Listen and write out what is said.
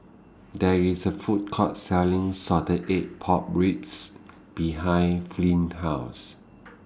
There IS A Food Court Selling Salted Egg Pork Ribs behind Flint's House